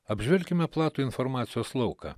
apžvelkime platų informacijos lauką